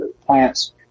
plants